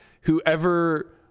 Whoever